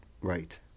Right